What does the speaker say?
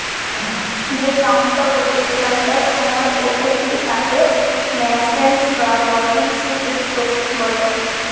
যে সংস্থাগুলা এখনকার সময় উঠতি তাকে ন্যাসেন্ট বা বর্ধনশীল উদ্যোক্তা বলে